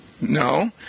No